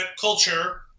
culture